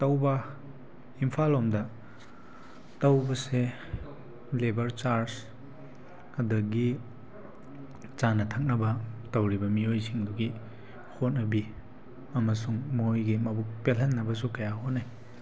ꯇꯧꯕ ꯏꯝꯐꯥꯜ ꯂꯣꯝꯗ ꯇꯧꯕꯁꯦ ꯂꯦꯕꯔ ꯆꯥꯔꯖ ꯑꯗꯒꯤ ꯆꯥꯅ ꯊꯛꯅꯕ ꯇꯧꯔꯤꯕ ꯃꯤꯑꯣꯏꯁꯤꯡꯗꯨꯒꯤ ꯍꯣꯠꯅꯕꯤ ꯑꯃꯁꯨꯡ ꯃꯣꯏꯒꯤ ꯃꯕꯨꯛ ꯄꯦꯜꯂꯟꯅꯕꯁꯨ ꯀꯌꯥ ꯍꯣꯠꯅꯩ